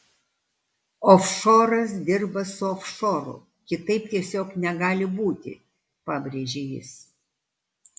ofšoras dirba su ofšoru kitaip tiesiog negali būti pabrėžė jis